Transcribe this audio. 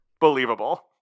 believable